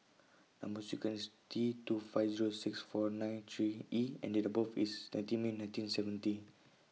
Number sequence T two five Zero six four nine three E and Date of birth IS nineteen May nineteen seventy